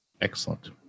Excellent